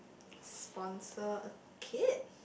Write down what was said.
sponsor a kid